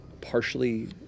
partially